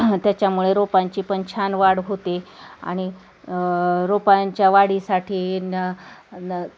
त्याच्यामुळे रोपांची पण छान वाढ होते आणि रोपांच्या वाढीसाठी न न